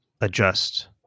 adjust